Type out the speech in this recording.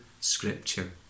scripture